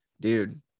dude